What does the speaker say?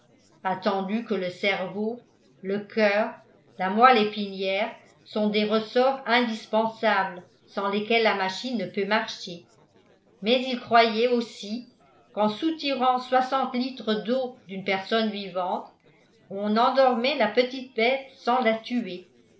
attendu que le cerveau le coeur la moelle épinière sont des ressorts indispensables sans lesquels la machine ne peut marcher mais il croyait aussi qu'en soutirant soixante litres d'eau d'une personne vivante on endormait la petite bête sans la tuer